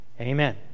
Amen